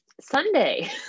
Sunday